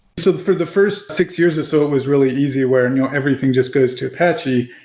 so for the first six years or so, it was really easy where and you know everything just goes to apache.